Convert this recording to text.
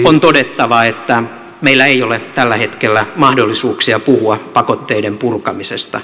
on todettava että meillä ei ole tällä hetkellä mahdollisuuksia puhua pakotteiden purkamisesta